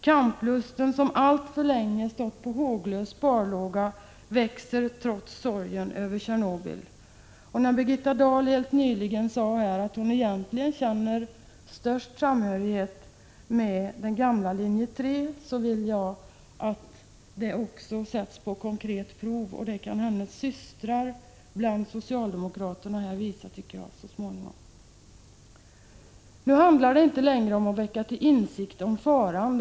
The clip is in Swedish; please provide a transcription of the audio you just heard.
Trots sorgen över Tjernobylolyckan växer kamplusten, vilken alltför länge så att säga har stått på håglös sparlåga. Helt nyligen sade Birgitta Dahl här att hon egentligen känner den största samhörigheten med gamla linje 3. Jag vill att hon i det avseendet konkret sätts på prov. Det tycker jag att hennes systrar inom det socialdemokratiska partiet så småningom kan hjälpa till med. Nu handlar det inte längre om att få människor att komma till insikt om faran i detta sammanhang.